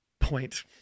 point